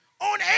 on